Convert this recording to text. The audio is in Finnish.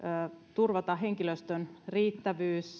turvata henkilöstön riittävyys